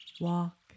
walk